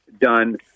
done